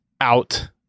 out